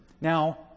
Now